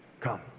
come